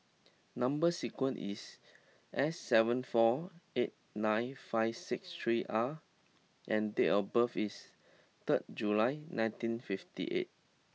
number sequence is S seven four eight nine five six three R and date of birth is third July nineteen fifty eight